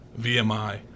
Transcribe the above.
VMI